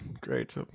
great